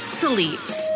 sleeps